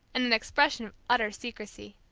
and an expression of utter secrecy.